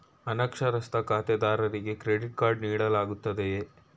ಅನಕ್ಷರಸ್ಥ ಖಾತೆದಾರರಿಗೆ credit card ನೀಡಲಾಗುತ್ತದೆಯೇ?